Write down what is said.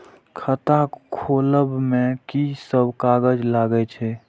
खाता खोलब में की सब कागज लगे छै?